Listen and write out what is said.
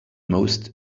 most